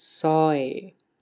ছয়